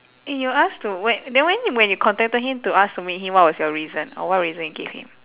eh you ask to whe~ then when when you contacted him to ask to meet him what was your reason or what reason you gave him